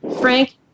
Frank